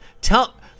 Tell